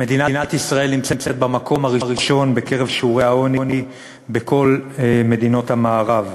מדינת ישראל נמצאת במקום הראשון בשיעורי העוני בכל מדינות המערב.